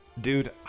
Dude